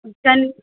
kitchen